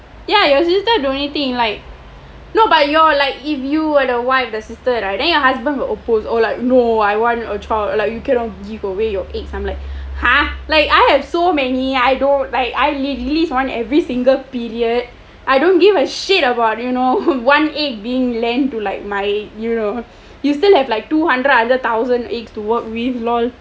ya your sister donating like no but your or like if you are the wife the sister right then your husband will oppose or like no I want a child like you cannot give away your eggs I'm like !huh! like I have so many I don't like I release one every single period I don't give a shit about you know one egg being lend to like my you know you still have like two hundred thousand eggs to work with lor